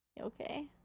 Okay